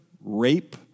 rape